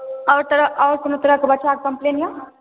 आओर तरह आओर कोनो तरहक बच्चाके कम्प्लेन यए